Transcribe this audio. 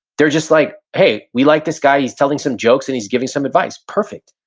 they're just like, hey, we like this guy. he's telling some jokes and he's giving some advice. perfect.